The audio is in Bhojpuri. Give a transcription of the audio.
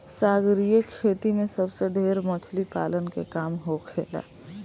सागरीय खेती में सबसे ढेर मछली पालन के काम होखेला